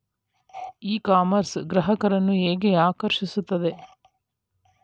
E commerce ಗ್ರಾಹಕರನ್ನು ಹೇಗೆ ಆಕರ್ಷಿಸುತ್ತದೆ?